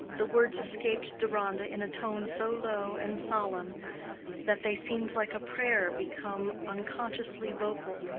the words escaped deronda in a tone so low and solemn that they seemed like a prayer become unconsciously vocal.